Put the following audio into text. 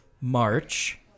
March